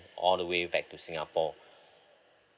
all the way back to singapore